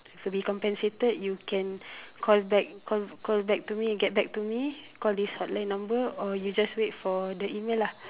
to be compensated you can call back call call back to me get back to me call this hotline number or you just wait for the email lah